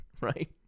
Right